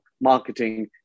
marketing